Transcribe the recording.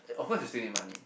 of course you still need money